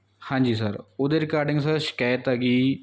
ਹਾਂਜੀ ਸਰ ਉਹਦੇ recording sir ਸ਼ਿਕਾਇਤ ਹੈਗੀ